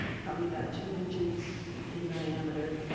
probably about two inches in diameter,